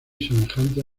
semejantes